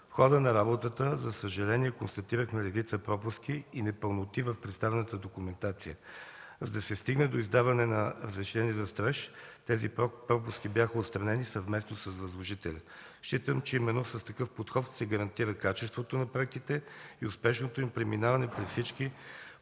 В хода на работата, за съжаление, констатирахме редица пропуски и непълноти в представената документация. За да се стигне до издаване на разрешение за строеж, тези пропуски бяха отстранени съвместно с възложителя. Считам, че именно с такъв подход се гарантира качеството на проектите и успешното им преминаване във всички